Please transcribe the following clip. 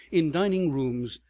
in dining-rooms,